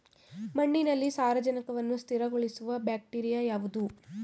ಮಣ್ಣಿನಲ್ಲಿ ಸಾರಜನಕವನ್ನು ಸ್ಥಿರಗೊಳಿಸುವ ಬ್ಯಾಕ್ಟೀರಿಯಾ ಯಾವುದು?